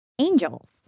Angels